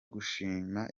gushinga